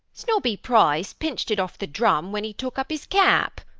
snobby price pinched it off the drum wen e took ap iz cap.